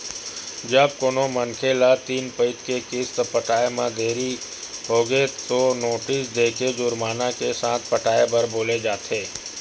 जब कोनो मनखे ल तीन पइत के किस्त पटावब म देरी होगे तब तो नोटिस देके जुरमाना के साथ पटाए बर बोले जाथे